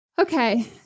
Okay